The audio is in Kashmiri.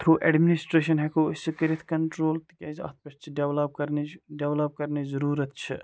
تھرٛوٗ ایٚڈمِنِسٹرٛیشَن ہیٚکو أسۍ سُہ کٔرِتھ کَنٹرٛوٗل تِکیٛازِ اَتھ پٮ۪ٹھ چھِ ڈیٚولَپ کَرنٕچ ڈیٚولَپ کَرنٕچ ضروٗرت چھِ